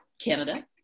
Canada